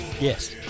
Yes